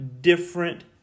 different